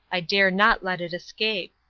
i dare not let it escape.